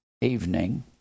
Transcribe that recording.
evening